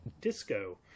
disco